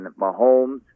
Mahomes